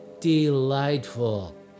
delightful